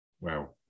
Wow